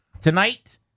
Tonight